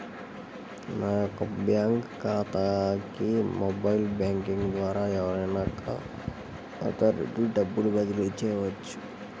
నా యొక్క బ్యాంక్ ఖాతాకి మొబైల్ బ్యాంకింగ్ ద్వారా ఎవరైనా ఖాతా నుండి డబ్బు బదిలీ చేయవచ్చా?